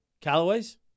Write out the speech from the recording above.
Callaway's